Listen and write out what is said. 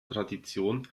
tradition